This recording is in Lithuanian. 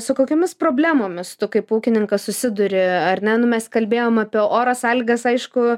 su kokiomis problemomis tu kaip ūkininkas susiduri ar ne nu mes kalbėjom apie oro sąlygas aišku